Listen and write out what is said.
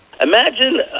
Imagine